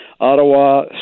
Ottawa